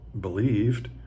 believed